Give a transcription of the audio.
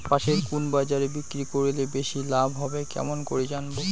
পাশের কুন বাজারে বিক্রি করিলে বেশি লাভ হবে কেমন করি জানবো?